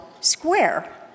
square